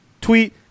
tweet